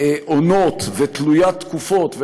עונות ותלוית תקופות,